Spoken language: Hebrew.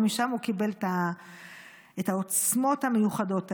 ומשם הוא קיבל את העוצמות המיוחדות האלה.